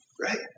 Right